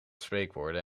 spreekwoorden